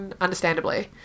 understandably